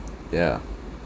yeah